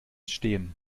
stehen